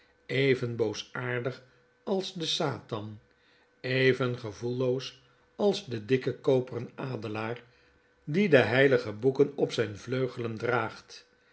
even boosaardig als de satan even gevoeiloos als de dikke koperen adelaar die de heilige boeken op zyne vleugelen draagt